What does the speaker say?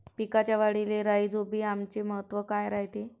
पिकाच्या वाढीले राईझोबीआमचे महत्व काय रायते?